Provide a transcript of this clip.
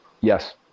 Yes